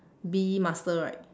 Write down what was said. bee master right